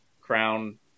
Crown